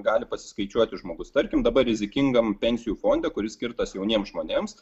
gali pasiskaičiuoti žmogus tarkim dabar rizikingam pensijų fonde kuris skirtas jauniems žmonėms